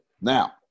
Now